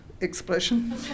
expression